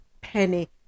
penny